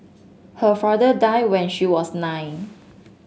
her father die when she was nine